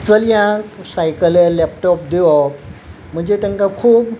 चलयांक सायकले लॅपटॉप दिवोप म्हणजे तेंका खूब